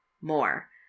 more